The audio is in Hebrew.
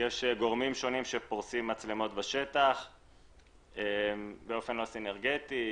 יש גורמים שונים שפורשים מצלמות בשטח באופן לא סינרגטי.